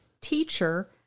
teacher